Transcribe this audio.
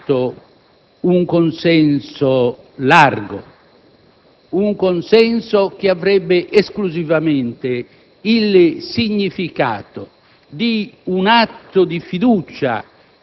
chiediamo al Senato un consenso largo, un consenso che avrebbe esclusivamente il significato